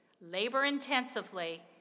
labor-intensively